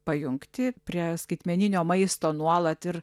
pajungti prie skaitmeninio maisto nuolat ir